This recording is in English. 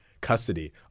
custody